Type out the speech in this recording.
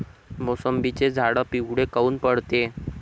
मोसंबीचे झाडं पिवळे काऊन पडते?